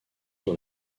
dans